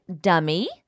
dummy